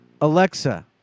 Alexa